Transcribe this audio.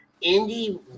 Indy